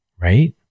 right